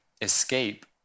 escape